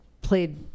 played